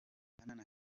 rihanna